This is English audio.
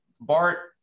Bart